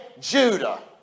Judah